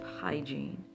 hygiene